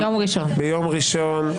ביום ראשון.